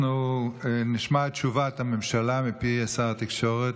אנחנו נשמע את תשובת הממשלה מפי שר התקשורת,